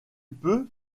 peux